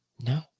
No